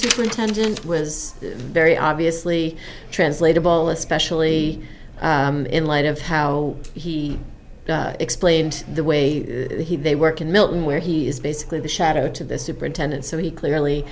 superintendent was very obviously translatable especially in light of how he explained the way they work in milton where he is basically the shadow to the superintendent so he clearly